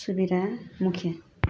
सुबेरा मुखिया